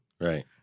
Right